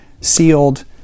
sealed